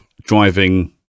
driving